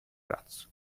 razzo